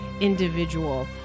individual